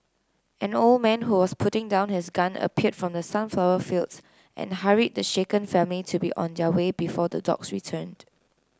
an old man who was putting down his gun appeared from the sunflower fields and hurried the shaken family to be on their way before the dogs return